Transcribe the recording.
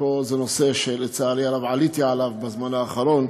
זה נושא שעליתי עליו בזמן האחרון: